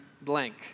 blank